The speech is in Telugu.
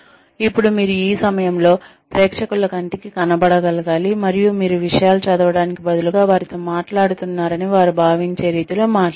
ఇప్పుడు మీరు ఈ సమయంలో ప్రేక్షకుల కంటికి కనబడగలగాలి మరియు మీరు విషయాలు చదవడానికి బదులుగా వారితో మాట్లాడుతున్నారని వారు భావించే రీతిలో మాట్లాడాలి